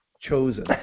chosen